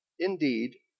Indeed